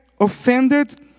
offended